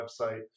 website